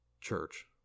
church